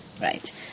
Right